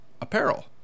apparel